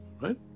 right